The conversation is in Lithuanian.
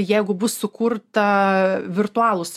jeigu bus sukurta virtualūs